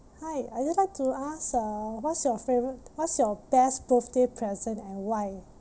hi I just like to ask uh what's your favourite what's your best birthday present and why